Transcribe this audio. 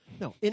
no